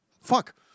Fuck